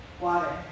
water